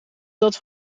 dat